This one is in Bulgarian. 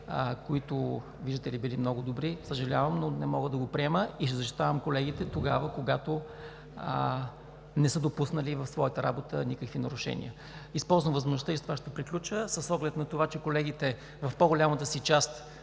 които, виждате ли, били много добри, съжалявам, но не мога да го приема и ще защитавам колегите тогава, когато не са допуснали в своята работа никакви нарушения. Използвам възможността, и с това ще приключа, с оглед това, че колегите в по-голямата си част